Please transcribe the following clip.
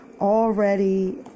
already